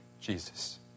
Jesus